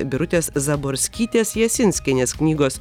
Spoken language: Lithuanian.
birutės zaborskytė jasinskienės knygos